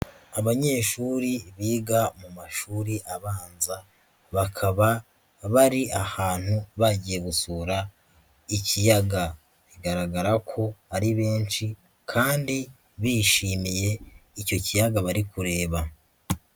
Abanyeshuri biga mu mashuri abanza. Bakaba bari ahantu, bagiye gusura ikiyaga. Bigaragara ko ari benshi kandi bishimiye icyo kiyaga bari kureba.